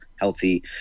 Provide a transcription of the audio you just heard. healthy